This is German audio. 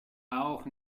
auch